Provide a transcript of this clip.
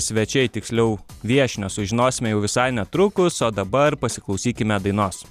svečiai tiksliau viešnios sužinosime jau visai netrukus o dabar pasiklausykime dainos